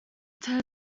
turns